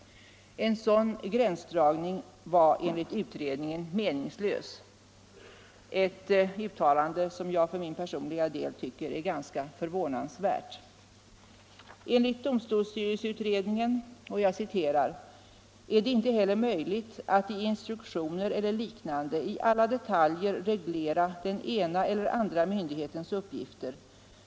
En sådan gränsdragning är enligt utredningen ”meningslös”, ett uttalande som jag för min personliga del tycker är ganska förvånansvärt. Enligt domstolsstyrelseutredningen är det inte heller möjligt att i instruktioner eller liknande i alla detaljer reglera den ena eller andra myndighetens uppgifter.